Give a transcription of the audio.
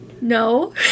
no